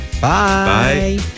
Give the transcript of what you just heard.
Bye